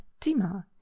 Tima